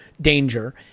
danger—